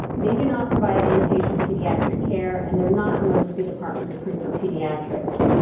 they do not provide inpatient pediatric care and they're not emergency departments approved for pediatrics.